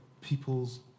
people's